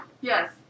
yes